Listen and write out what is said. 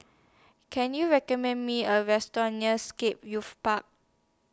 Can YOU recommend Me A Restaurant near Scape Youth Park